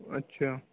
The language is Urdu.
اچھا